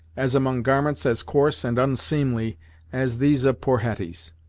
as among garments as coarse and onseemly as these of poor hetty's.